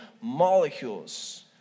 molecules